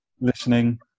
listening